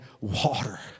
water